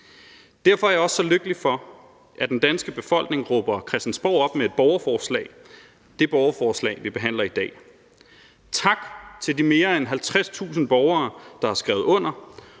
Derfor er jeg også så lykkelig over, at den danske befolkning råber Christiansborg op med et borgerforslag – det borgerforslag, vi behandler i dag. Tak til de mere end 50.000 borgere, der har skrevet under,